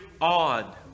odd